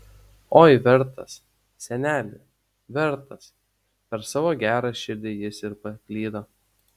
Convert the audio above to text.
oi vertas seneli vertas per savo gerą širdį jis ir paklydo